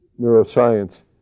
neuroscience